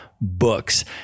books